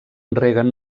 reguen